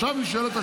עכשיו נשאלת השאלה: